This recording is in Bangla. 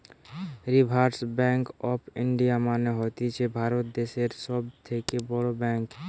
রিসার্ভ ব্যাঙ্ক অফ ইন্ডিয়া মানে হতিছে ভারত দ্যাশের সব থেকে বড় ব্যাঙ্ক